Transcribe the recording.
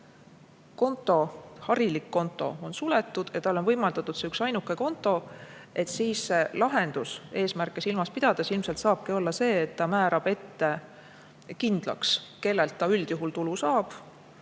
harilik konto on suletud ja inimesele on võimaldatud see üksainuke konto, siis lahendus eesmärke silmas pidades ilmselt saabki olla see, et ta määrab ette kindlaks, kellelt ta üldjuhul tulu saab.